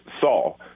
saw